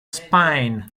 spines